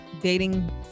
dating